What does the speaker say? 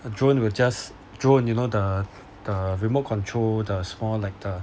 a drone will just drone you know the the remote control the small like the